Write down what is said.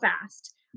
fast